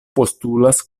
postulas